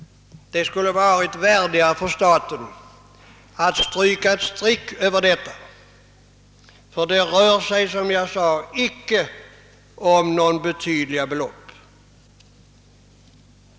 Det hade varit värdigare för staten att stryka ett streck över detta, ty det rör sig, som jag sade, icke om några betydande belopp.